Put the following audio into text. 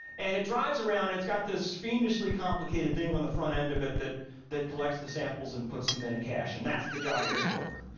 and it drives around, it's got this fiendishly complicated thing on the front end of it that that collects the samples and puts them in the cache and that's the job of this rover.